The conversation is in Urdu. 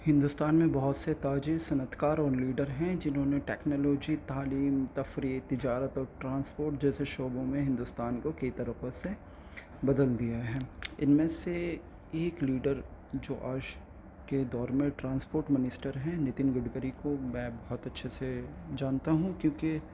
ہندوستان میں بہت سے تاجر صنعت کار اور لیڈر ہیں جنہوں نے ٹیکنالوجی تعلیم تفریح تجارت اور ٹرانسپورٹ جیسے شعبوں میں ہندوستان کو کئی طریقوں سے بدل دیا ہے ان میں سے ایک لیڈر جو آج کے دور میں ٹرانسپورٹ منسٹر ہیں نتن گڈکری کو میں بہت اچھے سے جانتا ہوں کیونکہ